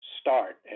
start